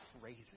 crazy